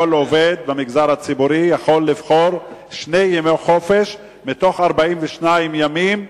כל עובד במגזר הציבורי יכול לבחור שני ימי חופש מתוך 42 ימים,